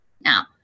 Now